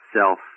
self